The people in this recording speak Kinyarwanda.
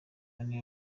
bane